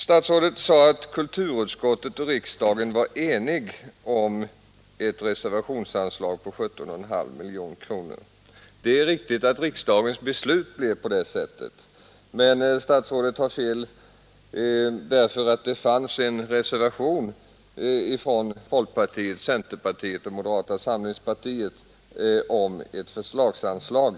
Statsrådet Odhnoff sade att kulturutskottet och riksdagen var eniga om ett reservationsanslag på 17,5 miljoner kronor. Det är riktigt att detta blev riksdagens beslut, men statsrådet har ändå fel därför att det fanns en reservation från folkpartiet, centerpartiet och moderata samlingspartiet om ett förslagsanslag.